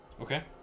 Okay